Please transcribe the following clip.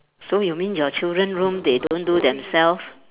so you mean your children room they don't do themselves